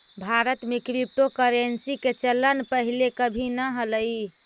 भारत में क्रिप्टोकरेंसी के चलन पहिले कभी न हलई